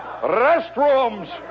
restrooms